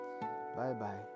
Bye-bye